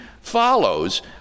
follows